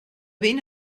ben